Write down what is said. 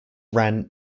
ran